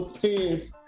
pants